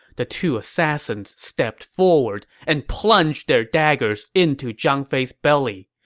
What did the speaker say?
the two assassins stepped forward and plunged their daggers into zhang fei's belly.